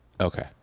Okay